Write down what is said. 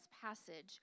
passage